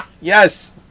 yes